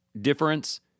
difference